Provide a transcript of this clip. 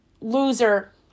loser